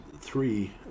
three